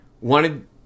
wanted